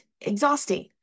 exhausting